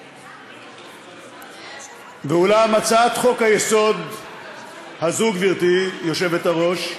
ואולם, הצעת חוק-היסוד הזאת, גברתי היושבת-ראש,